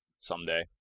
someday